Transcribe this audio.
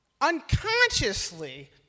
unconsciously